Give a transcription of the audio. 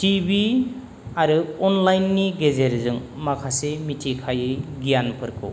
T V आरो online नि गेजेरजों माखासे मिथिखायै गियानफोरखौ